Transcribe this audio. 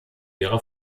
ihrer